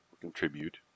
contribute